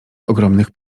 ogromnych